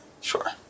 Sure